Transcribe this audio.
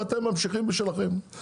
ואתם ממשיכים בשלכם,